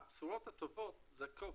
הבשורות הטובות זה ה-covid,